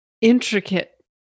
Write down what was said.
Intricate